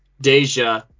Deja